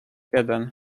jeden